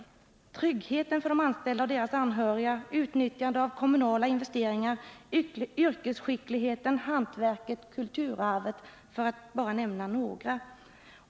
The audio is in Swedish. Det är tryggheten för de anställda och deras anhöriga, utnyttjande av kommunala investeringar, yrkesskickligheten, hantverket, kulturarvet, för att bara nämna några.